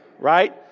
right